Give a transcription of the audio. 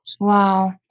Wow